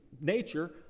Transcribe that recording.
nature